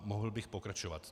Mohl bych pokračovat.